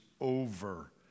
over